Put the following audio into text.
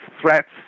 threats